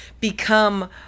become